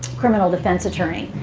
criminal defense attorney.